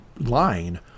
line